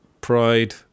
pride